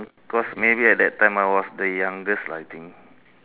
cause maybe at that time I was the youngest lah I think